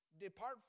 Depart